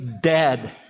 dead